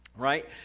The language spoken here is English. Right